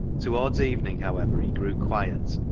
towards evening, however, he grew quiet,